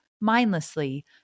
mindlessly